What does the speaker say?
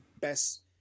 best